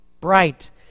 Bright